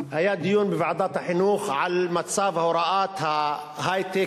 היה דיון בוועדת החינוך על מצב הוראת ההיי-טק,